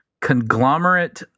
conglomerate